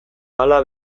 hala